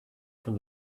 from